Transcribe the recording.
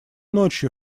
ночью